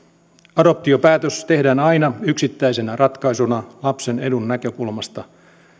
adoptiopäätös tehdään aina yksittäisenä ratkaisuna lapsen edun näkökulmasta